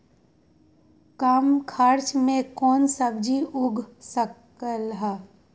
कम खर्च मे कौन सब्जी उग सकल ह?